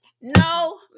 No